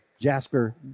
Jasper